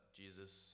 jesus